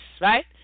right